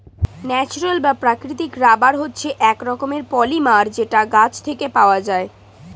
natural বা প্রাকৃতিক rubber হচ্ছে এক রকমের পলিমার যেটা গাছ থেকে পাওয়া যায়